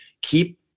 keep